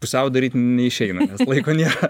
pusiau daryt neišeina nes laiko nėra